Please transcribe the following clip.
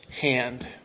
hand